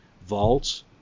vaults